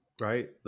right